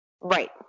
Right